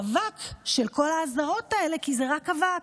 של כל האזהרות האלה, כי זה רק אבק.